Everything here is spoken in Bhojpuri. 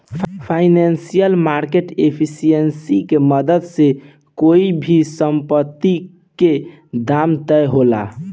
फाइनेंशियल मार्केट एफिशिएंसी के मदद से कोई भी संपत्ति के दाम तय होला